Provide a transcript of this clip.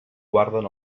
guarden